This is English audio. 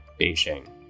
Beijing